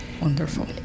wonderful